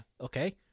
Okay